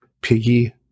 Piggy